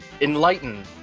enlighten